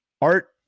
Art